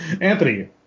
Anthony